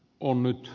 on nyt